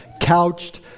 couched